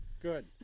good